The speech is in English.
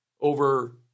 over